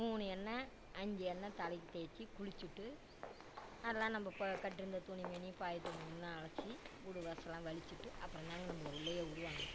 மூணு எண்ணெய் அஞ்சு எண்ணெய் தலைக்கு தேய்ச்சி குளிச்சுட்டு அதெல்லாம் நம்ம ப கட்டியிருந்த துணிமணி பாய் துணிமணிலாம் அலசி வீடு வாசல்லாம் வழிச்சுட்டு அப்புறந்தாங்க நம்மளை உள்ளேயே விடுவாங்க